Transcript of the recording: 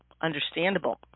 understandable